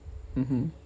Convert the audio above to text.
mmhmm